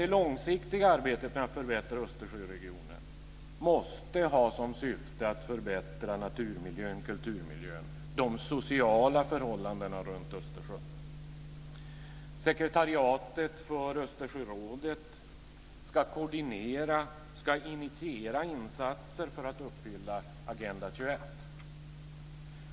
Det långsiktiga arbetet för att förbättra Östersjöregionen måste ha som syfte att förbättra naturmiljön, kulturmiljön och de sociala förhållandena runt Östersjön. Sekretariatet för Östersjörådet ska koordinera och initiera insatser för att uppfylla Agenda 21.